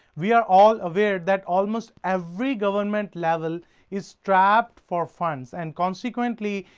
we are all aware that almost every government level is strapped for funds, and consequently,